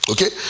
Okay